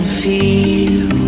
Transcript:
feel